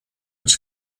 its